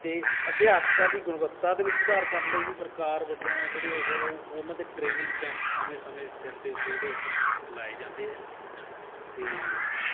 ਅਤੇ ਅਧਿਆਪਕਾਂ ਦੀ ਗੁਣਵੱਤਾ ਦੇ ਵਿੱਚ ਸੁਧਾਰ ਕਰਨ ਲਈ ਵੀ ਸਰਕਾਰ ਵੱਲੋਂ ਆ ਜਿਹੜੇ ਉਹ ਉਹਨਾਂ ਦੇ ਟ੍ਰੇਨਿੰਗ ਕੈਂਪ ਸਮੇਂ ਸਮੇਂ ਸਿਰ ਦੇ ਉੱਤੇ ਜਿਹੜੇ ਲਾਏ ਜਾਂਦੇ ਹੈ ਅਤੇ